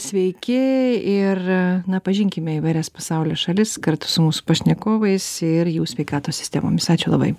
sveiki ir na pažinkime įvairias pasaulio šalis kartu su mūsų pašnekovais ir jų sveikatos sistemomis ačiū labai